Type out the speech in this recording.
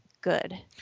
good